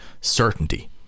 certainty